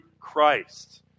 Christ